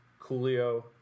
Coolio